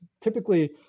typically